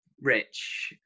Rich